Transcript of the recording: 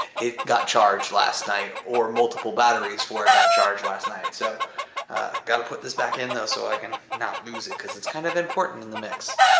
it got charged last night or multiple batteries for it got charged last night. so got to put this back in though so i can not lose it because it's kind of important in the mix.